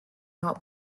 not